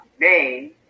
name